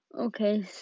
okay